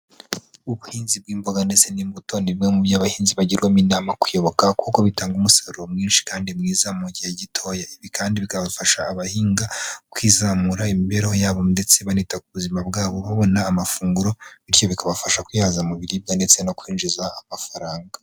Ubuhinzi bw'imboga ndetse n'imbuto ni bimwe mu byo abahinzi bagirwamo inama kuyoboka kuko bitanga umusaruro mwinshi kandi mwiza mu gihe gitoya, Ibi kandi bigafasha abahinga kwizamura imibereho yabo, ndetse banita ku buzima bwabo babona amafunguro, bityo bikabafasha kwihaza mu biribwa ndetse no kwinjiza amafaranga.